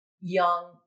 young